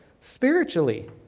spiritually